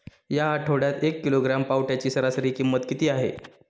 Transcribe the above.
या आठवड्यात एक किलोग्रॅम पावट्याची सरासरी किंमत किती आहे?